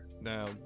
Now